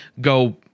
go